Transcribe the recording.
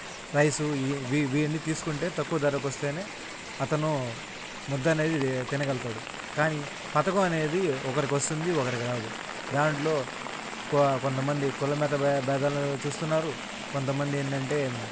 rice ఈ వీ వీటిని తీసుకుంటే తక్కువ ధరకొస్తేనే అతను ముద్ద అనేది తినగలుగుతాడు కానీ పథకం అనేది ఒకరికొస్తుంది ఒకరికి రాదు దాంట్లో కొ కొంతమంది కుల మత భేదాలు చూస్తున్నారు కొంతమంది ఏంటంటే